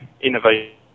innovation